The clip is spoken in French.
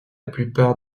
plupart